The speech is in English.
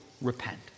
repent